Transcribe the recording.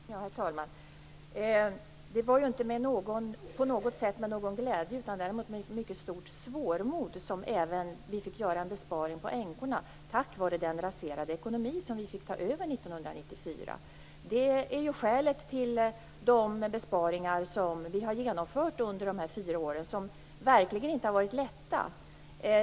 Herr talman! Det var ju inte på något sätt med glädje utan med mycket stort svårmod som vi fick göra en besparing på änkorna på grund av den raserade ekonomi som vi fick ta över 1994. Det är skälet till de besparingar som vi har genomfört under de gångna fyra åren och som verkligen inte har varit lätta.